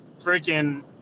freaking –